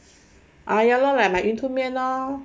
ah ya lor like my 云吞面咯